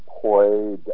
played